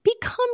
become